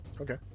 Okay